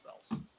spells